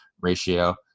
ratio